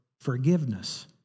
forgiveness